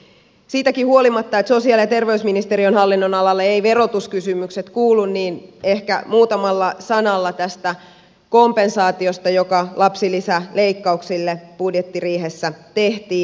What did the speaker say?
siitäkin huolimatta että sosiaali ja terveysministeriön hallinnonalalle eivät verotuskysymykset kuulu ehkä muutamalla sanalla sanon tästä kompensaatiosta joka lapsilisäleikkauksille budjettiriihessä tehtiin